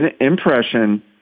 impression